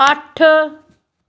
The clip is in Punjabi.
ਅੱਠ